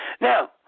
Now